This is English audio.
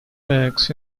works